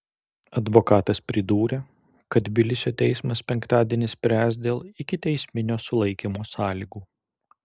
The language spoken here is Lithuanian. advokatas pridūrė kad tbilisio teismas penktadienį spręs dėl ikiteisminio sulaikymo sąlygų